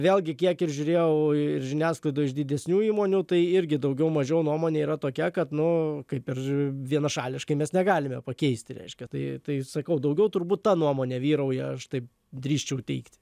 vėlgi kiek ir žiūrėjau ir žiniasklaidoj iš didesnių įmonių tai irgi daugiau mažiau nuomonė yra tokia kad nu kaip ir vienašališkai mes negalime pakeisti reiškia tai tai sakau daugiau turbūt ta nuomonė vyrauja aš taip drįsčiau teigti